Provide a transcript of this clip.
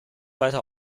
weiter